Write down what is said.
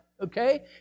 okay